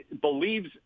believes